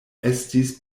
estis